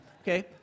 okay